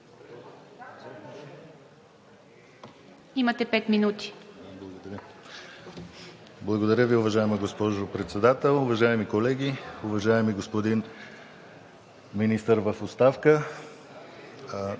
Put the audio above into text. Имате пет минути.